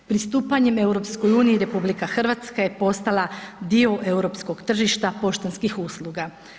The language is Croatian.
Pristupanjem EU RH je postala dio europskog tržišta poštanskih usluga.